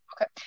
okay